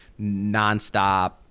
nonstop